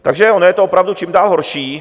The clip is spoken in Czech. Takže ono je to opravdu čím dál horší.